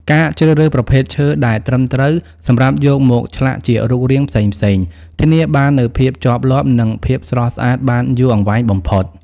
ការជ្រើសរើសប្រភេទឈើដែលត្រឹមត្រូវសម្រាប់យកមកឆ្លាក់ជារូបរាងផ្សេងៗ ធានាបាននូវភាពជាប់លាប់ និងភាពស្រស់ស្អាតបានយូរអង្វែងបំផុត។